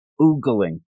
oogling